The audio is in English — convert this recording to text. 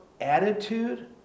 attitude